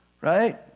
right